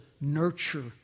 nurture